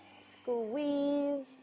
squeeze